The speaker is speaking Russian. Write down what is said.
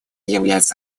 является